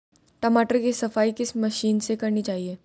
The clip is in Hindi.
टमाटर की सफाई किस मशीन से करनी चाहिए?